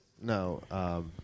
No